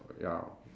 ya